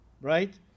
right